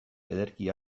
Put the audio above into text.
ederki